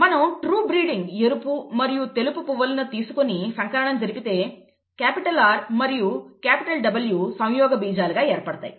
మనం true breeding ఎరుపు మరియు తెలుపు పువ్వులను తీసుకొని సంకరణం జరిపితే క్యాపిటల్ R మరియు క్యాపిటల్ W సంయోగబీజాలుగా ఏర్పడతాయి